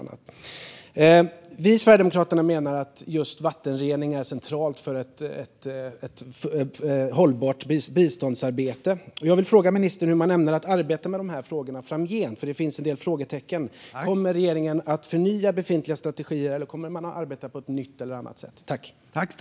Vi i Sverigedemokraterna menar att just vattenrening är centralt för ett hållbart biståndsarbete. Jag vill fråga ministern hur man ämnar arbeta med de här frågorna framgent. Det finns nämligen en del frågetecken. Kommer regeringen att förnya befintliga strategier, eller kommer man att arbeta på ett nytt eller annat sätt?